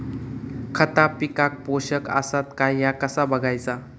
खता पिकाक पोषक आसत काय ह्या कसा बगायचा?